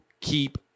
keep